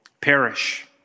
Perish